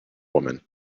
woman